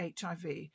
HIV